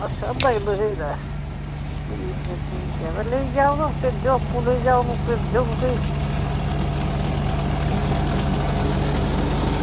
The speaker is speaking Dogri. अच्छा ठीक ऐ ठीक ऐ पर लेई जाओ तुस ते आपूं लेई जाओ जां भेजो कुसै गी